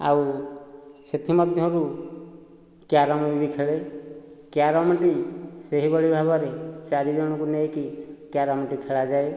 ଆଉ ସେଥିମଧ୍ୟରୁ କ୍ୟାରମ୍ ବି ମୁଁ ଖେଳେ କ୍ୟାରମ୍ ବି ସେହିଭଳି ଭାବରେ ଚାରିଜଣଙ୍କୁ ନେଇକି କ୍ୟାରମଟି ଖେଳାଯାଏ